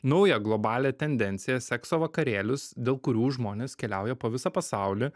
naują globalią tendenciją sekso vakarėlius dėl kurių žmonės keliauja po visą pasaulį